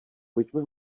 pojďme